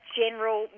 general